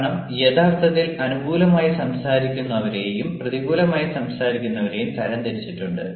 കാരണം യഥാർത്ഥത്തിൽ അനുകൂലമായി സംസാരിക്കുന്നവരെയും പ്രതികൂലമായി സംസാരിക്കുന്നവരെയും തരംതിരിച്ചിട്ടുണ്ട്